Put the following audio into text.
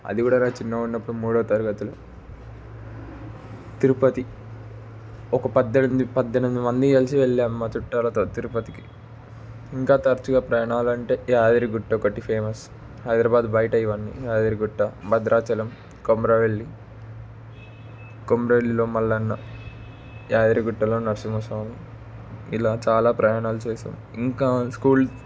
అది కూడా నేను చిన్నగా ఉన్నప్పుడు మూడో తరగతిలో తిరుపతి ఒక పద్దెనిమిది పద్దెనిమిది మంది కలిసి వెళ్ళాం మా చుట్టాలతో తిరుపతికి ఇంకా తరచుగా ప్రయాణాలు అంటే ఈ యాదగిరిగుట్ట ఒకటి ఫేమస్ హైదరాబాదు బయట ఇవన్నీ యాదగిరిగుట్ట భద్రాచలం కొమురవెల్లి కొమరవెల్లిలో మల్లన్న యాదగిరిగుట్టలో నరసింహ స్వామి ఇలా చాలా ప్రయాణాలు చేశాం ఇంకా స్కూల్